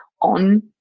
on